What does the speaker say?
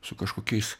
su kažkokiais